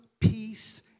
peace